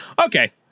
okay